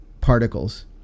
particles